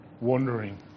wandering